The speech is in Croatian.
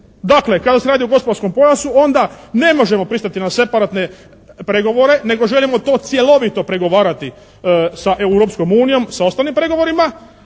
Dakle kada se radi o gospodarskom pojasu onda ne možemo pristati na separatne pregovore nego želimo to cjelovito pregovarati sa Europskom unijom sa ostalim pregovorima,